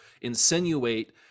insinuate